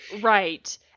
Right